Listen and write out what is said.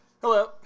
Hello